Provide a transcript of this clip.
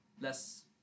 less